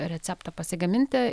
receptą pasigaminti